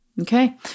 Okay